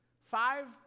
Five